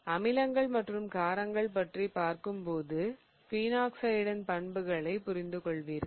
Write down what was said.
அமிலங்கள் மற்றும் காரங்கள் பற்றி பார்க்கும் போது பினாக்ஸைட்டின் பண்புகளை புரிந்துகொள்வீர்கள்